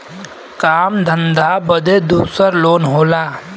काम धंधा बदे दूसर लोन होला